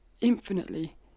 infinitely